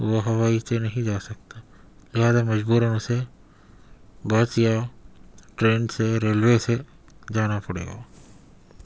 وہ ہوائی سے نہیں جا سکتا لہٰذا مجبوراً اسے بس یا ٹرین سے ریلوے سے جانا پڑے گا